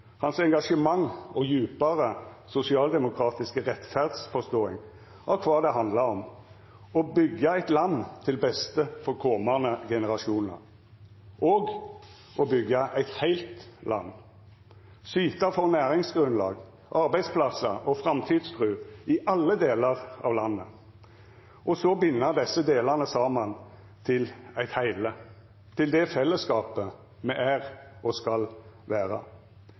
Hans engasjement og djupare, sosialdemokratiske rettferdsforståing av kva det handla om, å byggja eit land til beste for komande generasjonar, å byggja eit heilt land, syta for næringsgrunnlag, arbeidsplassar og framtidstru i alle delar av landet, og så binda desse delane saman til eit heile – til det fellesskapet me er og skal vera.